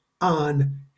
on